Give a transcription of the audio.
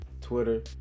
Twitter